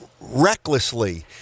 recklessly